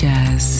Jazz